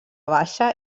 baixa